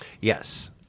Yes